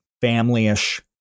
family-ish